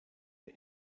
der